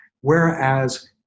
whereas